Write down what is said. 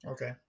Okay